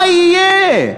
מה יהיה?